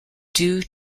due